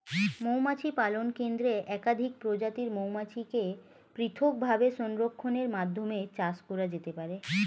মৌমাছি পালন কেন্দ্রে একাধিক প্রজাতির মৌমাছিকে পৃথকভাবে সংরক্ষণের মাধ্যমে চাষ করা যেতে পারে